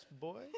boy